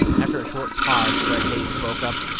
after a short pause, fred haise spoke up,